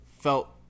Felt